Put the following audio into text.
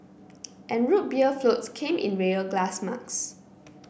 and Root Beer floats came in real glass mugs